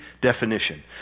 definition